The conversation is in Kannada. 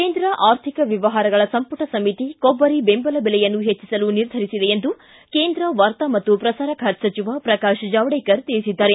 ಕೇಂದ್ರ ಆರ್ಥಿಕ ವ್ಯವಹಾರಗಳ ಸಂಪುಟ ಸಮಿತಿ ಕೊಬ್ಲರಿ ಬೆಂಬಲ ಬೆಲೆಯನ್ನು ಹೆಚ್ಚಿಸಲು ನಿರ್ಧರಿಸಿದೆ ಎಂದು ಕೇಂದ್ರ ವಾರ್ತಾ ಮತ್ತು ಪ್ರಸಾರ ಖಾತೆ ಸಚಿವ ಪ್ರಕಾಶ್ ಜಾವಡೇಕರ್ ತಿಳಿಸಿದ್ದಾರೆ